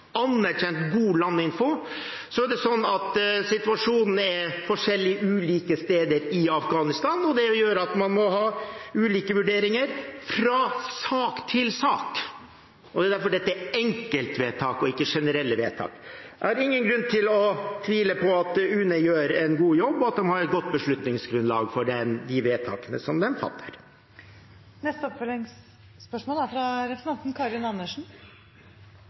er en anerkjent, god landinfo. Situasjonen er forskjellig ulike steder i Afghanistan, og det gjør at man må ha ulike vurderinger fra sak til sak. Det er derfor dette er enkeltvedtak og ikke generelle vedtak. Jeg har ingen grunn til å tvile på at UNE gjør en god jobb, og at de har et godt beslutningsgrunnlag for de vedtakene de fatter. Karin Andersen – til oppfølgingsspørsmål.